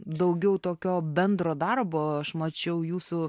daugiau tokio bendro darbo aš mačiau jūsų